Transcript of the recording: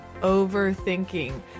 overthinking